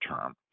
term